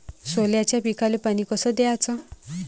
सोल्याच्या पिकाले पानी कस द्याचं?